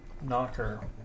knocker